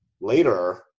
later